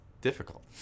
difficult